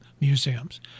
museums